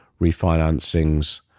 refinancings